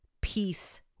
peace